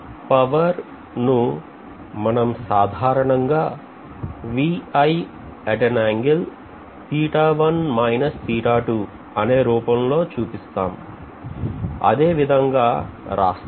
power ని మనం సాధారణంగా అనే రూపంలో చూపిస్తాం అదేవిధంగా రాస్తాం